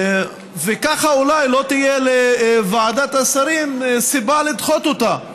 וככה אולי לא תהיה לוועדת השרים סיבה לדחות אותה,